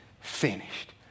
finished